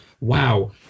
Wow